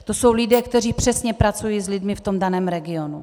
To jsou lidé, kteří přesně pracují s lidmi v tom daném regionu.